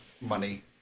money